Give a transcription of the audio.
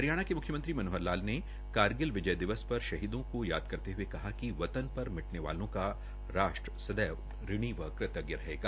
हरियाणा के मुख्यमंत्री मनोहर लाल ने कारगिल विजय दिवस पर शहीदों को याद करते हये कि वतन पर मिटन वालों का राष्ट्र सदैव ऋणी व कृतज्ञ रहेगा